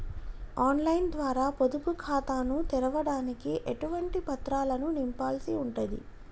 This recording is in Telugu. ఆన్ లైన్ ద్వారా పొదుపు ఖాతాను తెరవడానికి ఎటువంటి పత్రాలను నింపాల్సి ఉంటది?